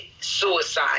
suicide